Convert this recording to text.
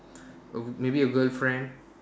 oh maybe your girlfriend